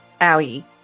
Owie